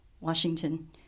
Washington